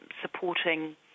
supporting